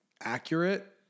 accurate